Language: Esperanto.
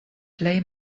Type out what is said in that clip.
plej